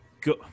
good